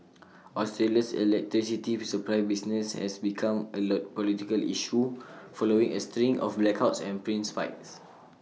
Australia's electricity supply business has becomes A lot political issue following A string of blackouts and price spikes